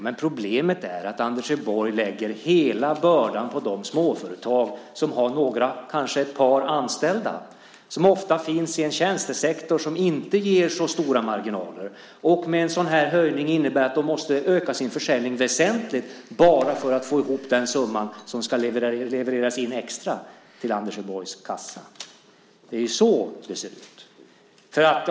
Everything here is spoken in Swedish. Men problemet är att Anders Borg lägger hela bördan på de småföretag som kanske har ett par anställda och som ofta finns i en tjänstesektor som inte ger så stora marginaler. En sådan här höjning innebär att de måste öka sin försäljning väsentligt bara för att få ihop den summa som ska levereras in extra till Anders Borgs kassa. Det är så det ser ut.